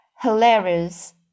hilarious